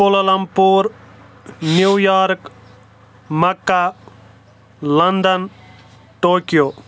Kuala Lumpur New York Makkah London Tokyo